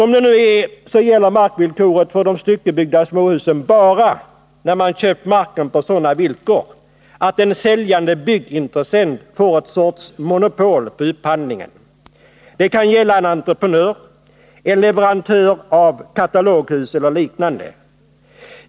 Markvillkoret gäller f. n. för de styckebyggda småhusen bara när man köpt marken på sådana villkor att en säljande byggintressent får ett slags monopol på upphandlingen. Det kan gälla en entreprenör, en leverantör av kataloghus eller liknande.